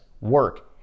work